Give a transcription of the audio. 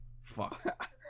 fuck